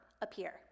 appear